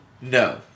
No